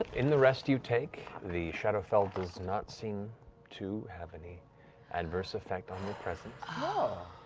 in the rest you take, the shadowfell does not seem to have any adverse effect on your presence. ah